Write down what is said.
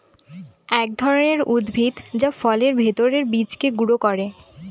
এক ধরনের উদ্ভিদ যা ফলের ভেতর বীজকে গুঁড়া করে